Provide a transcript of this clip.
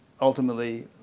ultimately